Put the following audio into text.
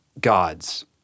gods